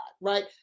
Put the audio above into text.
right